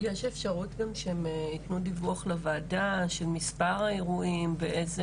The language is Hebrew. יש אפשרות גם שהם יתנו דיווח לוועדה של מספר האירועים ואיזה,